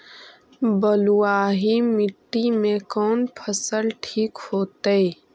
बलुआही मिट्टी में कौन फसल ठिक होतइ?